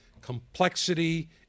complexity